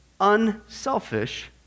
unselfish